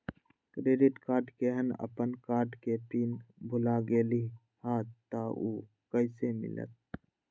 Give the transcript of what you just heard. Credit card केहन अपन card के पिन भुला गेलि ह त उ कईसे मिलत?